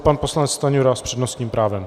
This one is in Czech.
Pan poslanec Stanjura s přednostním právem.